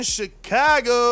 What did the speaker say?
Chicago